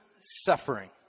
suffering